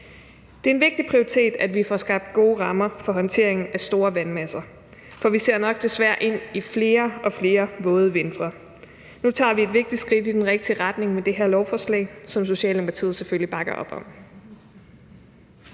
Det er en vigtig prioritet, at vi får skabt gode rammer for håndteringen af store vandmasser, for vi ser nok desværre ind i flere og flere våde vintre. Nu tager vi et vigtigt skridt i den rigtige retning med det her lovforslag, som Socialdemokratiet selvfølgelig